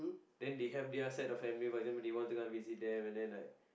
they they have their set of families for example they wan to come and visit them and then like